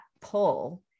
pull